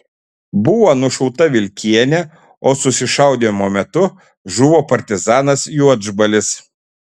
buvo nušauta vilkienė o susišaudymo metu žuvo partizanas juodžbalis